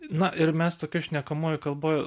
na ir mes tokioj šnekamojoj kalboj